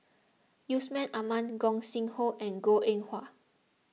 Yusman Aman Gog Sing Hooi and Goh Eng Wah